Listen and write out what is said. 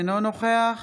אינו נוכח